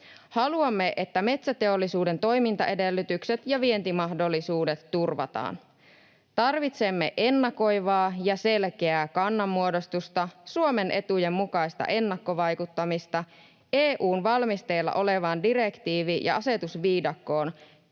Haluamme, että metsäteollisuuden toimintaedellytykset ja vientimahdollisuudet turvataan. Tarvitsemme ennakoivaa ja selkeää kannanmuodostusta, Suomen etujen mukaista ennakkovaikuttamista EU:n valmisteilla olevaan direktiivi- ja asetusviidakkoon,